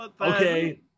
Okay